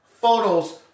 photos